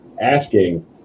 asking